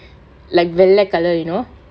like வெள்ள:vella colour you know